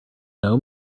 know